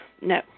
No